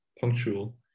punctual